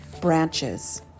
branches